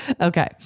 Okay